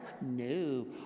no